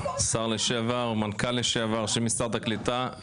שר לשעבר ומנכ"ל לשעבר של משרד הקליטה.